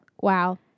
Wow